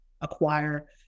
acquire